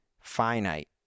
finite